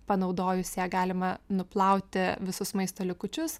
panaudojus ją galima nuplauti visus maisto likučius